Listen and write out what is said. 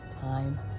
time